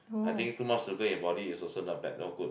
I think too much sugar in your body is also not bad no good